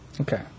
Okay